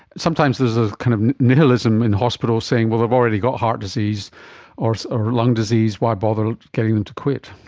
sometimes there is a kind of nihilism in hospital saying, well, i've already got heart disease or lung lung disease, why bother getting them to quit?